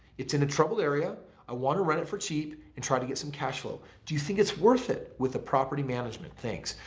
it's in a trouble area i want to rent it for cheap and try to get some cash flow do you think it's worth it with the property management things?